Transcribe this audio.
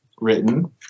written